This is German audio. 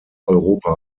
europa